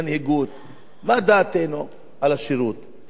מה דעתנו על השירות, איך זה צריך להיראות.